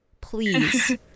please